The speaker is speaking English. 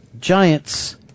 giants